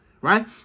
right